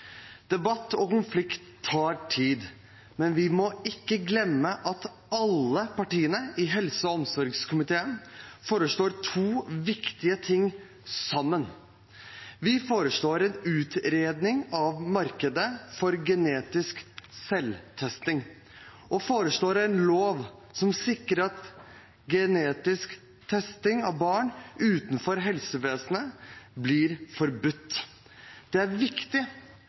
Debatt og konflikt tar tid, men vi må ikke glemme at alle partiene i helse- og omsorgskomiteen foreslår to viktige ting sammen. Vi foreslår en utredning av markedet for genetisk selvtesting, og vi foreslår en lov som sikrer at genetisk testing av barn utenfor helsevesenet blir forbudt. Det er viktig,